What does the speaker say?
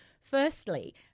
firstly